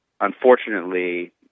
unfortunately